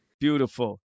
Beautiful